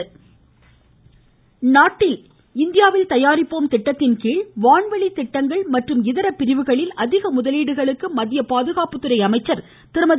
நிர்மலா சீத்தாராமன் நாட்டில் இந்தியாவில் தயாரிப்போம் திட்டத்தின்கீழ் வான்வெளி திட்டங்கள் மற்றும் இதர பிரிவுகளில் அதிக முதலீடுகளுக்கு மத்திய பாதுகாப்புத்துறை அமைச்சர் திருமதி